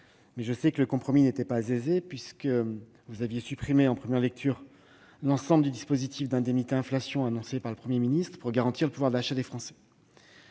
mixte paritaire. Le compromis n'était pas aisé, étant donné que vous aviez supprimé, en première lecture, l'ensemble du dispositif d'indemnité inflation annoncé par le Premier ministre pour garantir le pouvoir d'achat des Français.